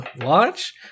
watch